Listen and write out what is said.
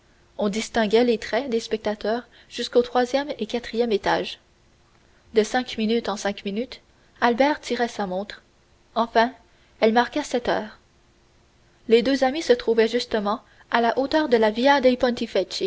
on distinguait les traits des spectateurs jusqu'au troisième et quatrième étage de cinq minutes en cinq minutes albert tirait sa montre enfin elle marqua sept heures les deux amis se trouvaient justement à la hauteur de la via